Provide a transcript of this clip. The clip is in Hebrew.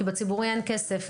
כי בציבורי אין כסף.